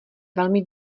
velmi